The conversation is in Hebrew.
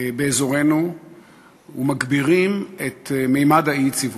באזורנו ומגבירים את ממד האי-יציבות.